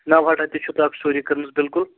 نَوہٹہ تہِ چھو تۄہہِ اَکھ سِٹوری کٔرمٕژ بِلکُل